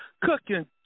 cooking